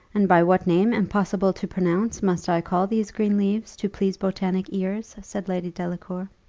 and by what name impossible to pronounce must i call these green leaves, to please botanic ears? said lady delacour.